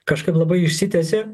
kažkaip labai išsitęsė